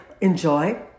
enjoy